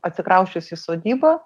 atsikrausčius į sodybą